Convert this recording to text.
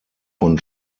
von